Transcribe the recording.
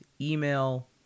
email